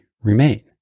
remain